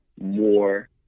more